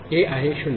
हे आहे 0